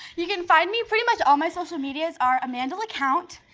you can find me. pretty much all my social medias are amanda lacount,